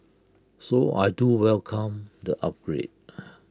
so I do welcome the upgrade